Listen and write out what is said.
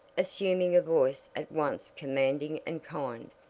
assuming a voice at once commanding and kind,